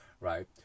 Right